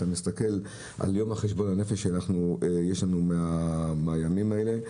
אתה מסתכל על יום חשבון הנפש שיש לנו מהימים האלה.